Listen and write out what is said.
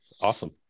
awesome